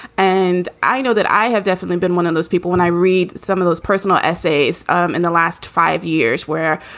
and i know that i have definitely been one of those people when i read some of those personal essays um in the last five years where